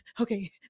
okay